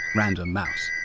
random mouse.